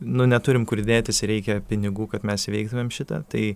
nu neturim kur dėtis ir reikia pinigų kad mes įveiktumėm šitą tai